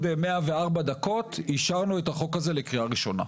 104 דקות אישרנו את החוק הזה לקריאה ראשונה.